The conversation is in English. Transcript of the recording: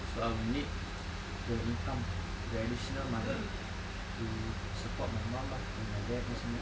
so I will need the income the additional money to support my mum lah and my dad ni semua